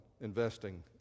investing